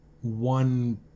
one